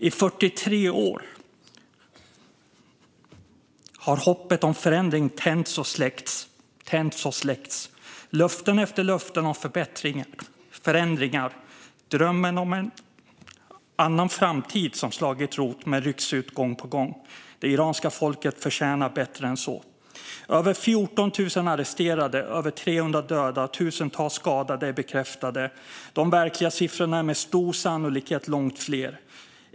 I 43 år har hoppet om förändring tänts och släckts, tänts och släckts. Löfte efter löfte om förbättring och förändring, drömmen om en annan framtid har slagit rot men ryckts upp gång på gång. Det iranska folket förtjänar bättre än så. Över 14 000 arresterade, över 300 döda och tusentals skadade är bekräftade. De verkliga siffrorna är med stor sannolikhet långt större.